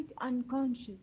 unconscious